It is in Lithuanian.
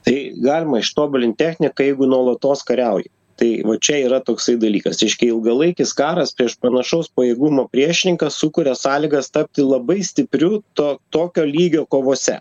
tai galima ištobulint techniką jeigu nuolatos kariauji tai va čia yra toksai dalykas reiškia ilgalaikis karas prieš panašaus pajėgumo priešininką sukuria sąlygas tapti labai stipriu to tokio lygio kovose